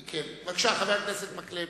בבקשה, חבר הכנסת מקלב.